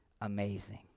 amazing